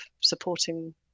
supporting